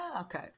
okay